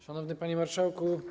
Szanowny Panie Marszałku!